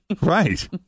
Right